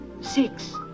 six